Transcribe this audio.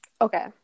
Okay